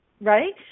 right